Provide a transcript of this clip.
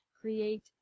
create